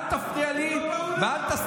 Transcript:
אתה גם הפכת להיות כמו, הוא לא באולם.